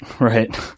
Right